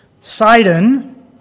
Sidon